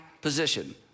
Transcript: position